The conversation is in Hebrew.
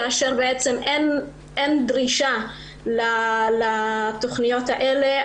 כאשר בעצם אין דרישה לתוכניות האלה.